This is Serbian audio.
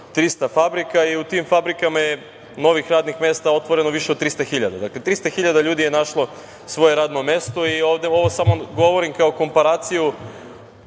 300 fabrika, i u tim fabrikama je novih radnih mesta otvoreno više od 300.000. Dakle, 300.000 ljudi je našlo svoje radno mesto. Ovo vam samo govorim kao komparaciju